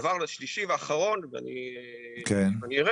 דבר שלישי ואחרון ואני ארד